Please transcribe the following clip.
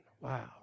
Wow